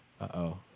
Uh-oh